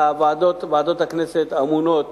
ועדות הכנסת אמונות